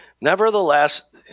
Nevertheless